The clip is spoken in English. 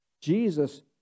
Jesus